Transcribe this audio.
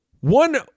One